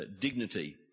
dignity